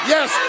Yes